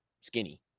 skinny